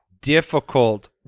difficult